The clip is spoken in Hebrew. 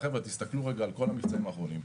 חבר'ה, תסתכלו על כל המבצעים האחרונים,